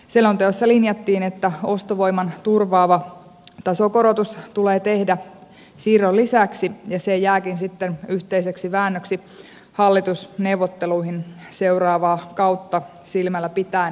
selonteossa linjattiin että ostovoiman turvaava tasokorotus tulee tehdä siirron lisäksi ja se jääkin sitten yhteiseksi väännöksi hallitusneuvotteluihin seuraavaa kautta silmällä pitäen